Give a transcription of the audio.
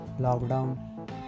lockdown